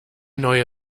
neue